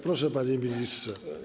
Proszę, panie ministrze.